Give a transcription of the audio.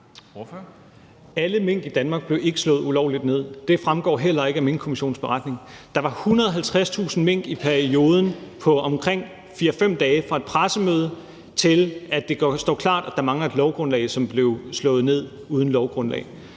Alle mink i Danmark blev ikke slået ulovligt ned – det fremgår heller ikke af Minkkommissionens beretning. Der var 150.000 mink i en periode på omkring 4-5 dage – fra et pressemøde til, at det står klart, at der mangler et lovgrundlag – som blev slået ned uden lovgrundlag.